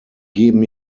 geben